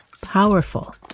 powerful